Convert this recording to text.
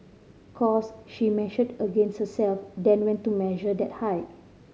cos she measured against herself then went to measure that height